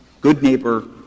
good-neighbor